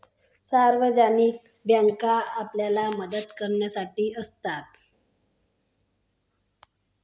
सार्वजनिक बँका आपल्याला मदत करण्यासाठी असतात